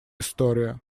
история